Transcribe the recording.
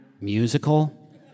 musical